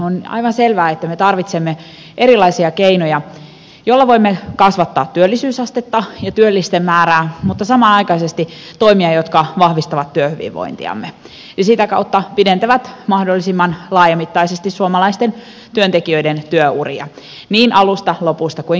on aivan selvää että me tarvitsemme erilaisia keinoja joilla voimme kasvattaa työllisyysastetta ja työllisten määrää mutta samanaikaisesti toimia jotka vahvistavat työhyvinvointiamme ja sitä kautta pidentävät mahdollisimman laajamittaisesti suomalaisten työntekijöiden työuria niin alusta lopusta kuin keskeltäkin